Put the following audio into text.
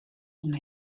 una